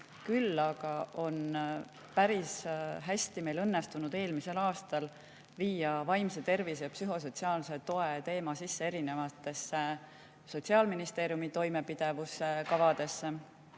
on meil päris hästi õnnestunud eelmisel aastal viia vaimse tervise ja psühhosotsiaalse toe teema sisse erinevatesse Sotsiaalministeeriumi toimepidevuskavadesse,